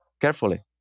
carefully